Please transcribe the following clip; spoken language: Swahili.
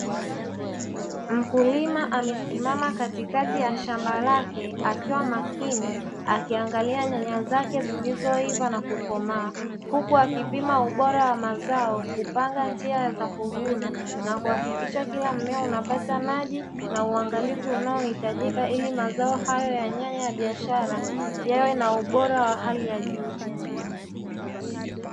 Mkulima amesimama katikati ya shamba lake, akiwa makini akiangalia nyanya zake zilizoiva na kukomaa, huku akipima ubora wa mazao kupanga njia za kuvuna na kuhakikisha kila mmea unapata maji na uangalizi unaohitajika, ili mazao hayo ya nyanya ya biashara yawe na ubora wa hali ya juu.